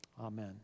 Amen